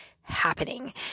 happening